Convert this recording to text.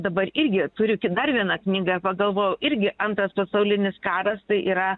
dabar irgi turiu ki dar vieną knygą pagalvojau irgi antras pasaulinis karas tai yra